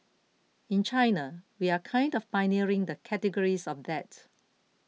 in China we are kind of pioneering the categories of that